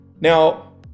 Now